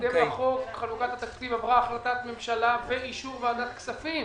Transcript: בהתאם לחוק חלוקת התקציב עברה החלטת ממשלה ואישור ועדת הכספים.